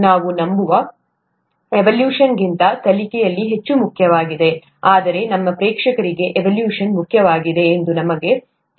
ನಾವು ನಂಬುವ ಎವಲ್ಯೂಯೇಷನ್ಗಿಂತ ಕಲಿಕೆಯು ಹೆಚ್ಚು ಮುಖ್ಯವಾಗಿದೆ ಆದರೆ ನಮ್ಮ ಪ್ರೇಕ್ಷಕರಿಗೆ ಎವಲ್ಯೂಯೇಷನ್ ಮುಖ್ಯವಾಗಿದೆ ಎಂದು ನಮಗೆ ತಿಳಿದಿದೆ